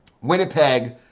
Winnipeg